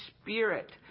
Spirit